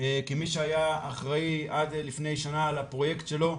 כמי שהיה אחראי עד לפני שנה על הפרויקט שלו,